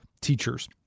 teachers